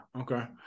okay